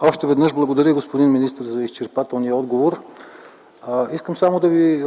Още веднъж благодаря, господин министър, за изчерпателния отговор. Искам само да Ви